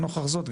לנוכח זאת,